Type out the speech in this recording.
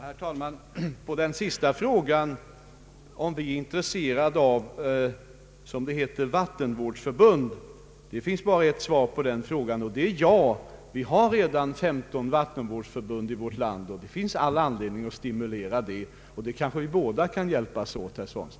Herr talman! På den senaste frågan, om vi är intresserade av vattenvårdsförbund, finns bara ett svar, nämligen ja. Vi har redan 15 vattenvårdsförbund i vårt land. Det finns all anledning att stimulera till ytterligare sådana. Där kanske vi båda kan hjälpas åt, herr Svanström.